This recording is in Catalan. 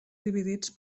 dividits